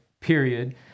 period